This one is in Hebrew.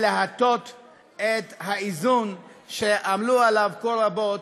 להטות את האיזון שעמלו עליו כה רבות,